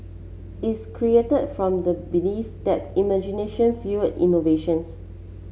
is created from the belief that imagination fuel innovation